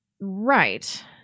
Right